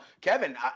Kevin